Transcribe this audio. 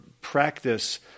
practice